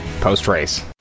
post-race